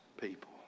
people